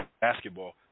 basketball